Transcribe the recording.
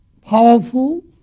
powerful